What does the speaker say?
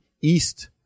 east